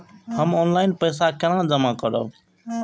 हम ऑनलाइन पैसा केना जमा करब?